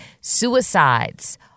suicides